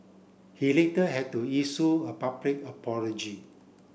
he later had to issue a public apology